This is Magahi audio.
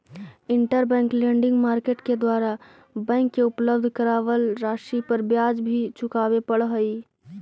इंटरबैंक लेंडिंग मार्केट के द्वारा बैंक के उपलब्ध करावल राशि पर ब्याज भी चुकावे पड़ऽ हइ